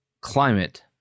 climate